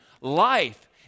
life